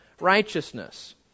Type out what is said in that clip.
righteousness